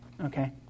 okay